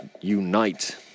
unite